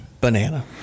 Banana